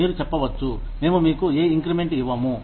మీరు చెప్పవచ్చు మేము మీకు ఏ ఇంక్రిమెంట్ ఇవ్వము